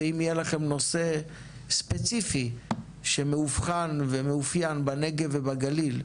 ואם יהיה לכם נושא ספציפי שמאובחן ומאופיין בנגב ובגליל,